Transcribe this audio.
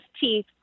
teeth